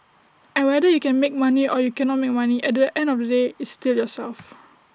and whether you can make money or you cannot make money at the end of the day it's still yourself